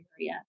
area